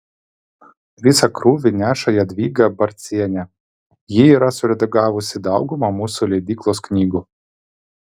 visą krūvį neša jadvyga barcienė ji yra suredagavusi daugumą mūsų leidyklos knygų